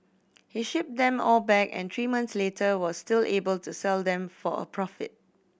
he shipped them all back and three months later was still able to sell them for a profit